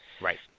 Right